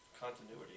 Continuity